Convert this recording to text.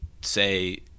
say